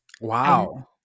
Wow